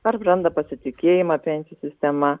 ar praranda pasitikėjimą pensijų sistema